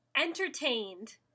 entertained